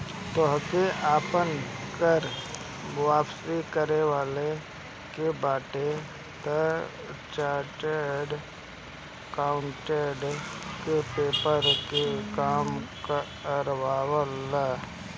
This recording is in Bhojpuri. तोहके आपन कर वापसी करवावे के बाटे तअ चार्टेड अकाउंटेंट से पेपर के काम करवा लअ